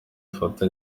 ifoto